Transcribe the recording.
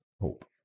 hope